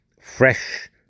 fresh